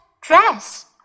dress